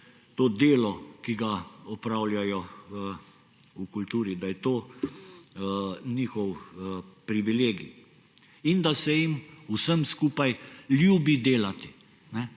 to delo, ki ga opravljajo v kulturi, da je to njihov privilegij in da se jim vsem skupaj ljubi delati.